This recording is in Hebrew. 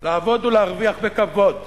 לעבוד ולהרוויח בכבוד,